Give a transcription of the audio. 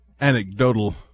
anecdotal